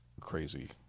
crazy